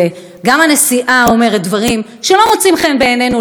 גם הנשיאה אומרת דברים שלא מוצאים חן בעינינו לפעמים,